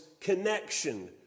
connection